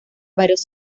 varios